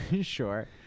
Sure